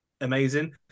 amazing